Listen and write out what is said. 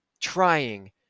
trying